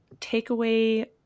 takeaway